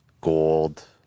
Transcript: gold